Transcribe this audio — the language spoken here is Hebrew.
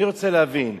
אני רוצה להבין,